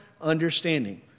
understanding